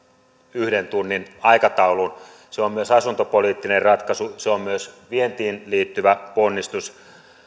yhden tunnin aikatauluun se on myös asuntopoliittinen ratkaisu se on myös vientiin liittyvä ponnistus